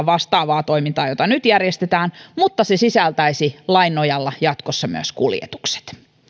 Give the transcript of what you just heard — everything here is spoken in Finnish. vastaavaa toimintaa jota nyt järjestetään kehitysvammalain nojalla mutta se sisältäisi lain nojalla jatkossa myös kuljetukset